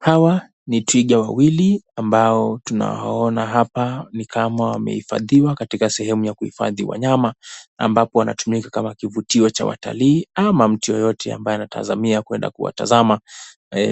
Hawa ni twiga wawili ambao tunawaona hapa ni kama wamehifadhiwa katika sehemu ya kuhifadhi wanyama ambapo wanatumika kama kivutio cha watalii ama mtu yeyote ambaye anatazamia kwenda kuwatazama.